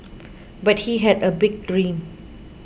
but he had a big dream